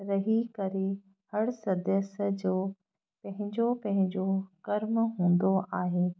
रही करे हर सदस्य जो पंहिंजो पंहिंजो कर्म हूंदो आहे